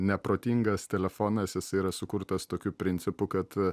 neprotingas telefonas jisai yra sukurtas tokiu principu kad